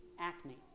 acne